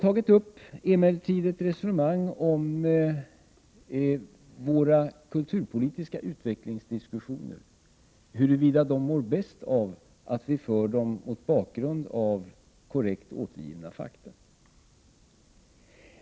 Jag har emellertid fört ett resonemang om våra diskussioner om den kulturpolitiska utvecklingen och betonat att den mår bäst av att vi för diskussionen mot bakgrund av korrekt återgivna fakta.